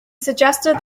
suggested